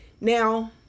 Now